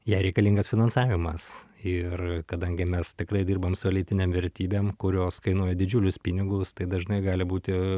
jai reikalingas finansavimas ir kadangi mes tikrai dirbame su elitinėm vertybėm kurios kainuoja didžiulius pinigus tai dažnai gali būti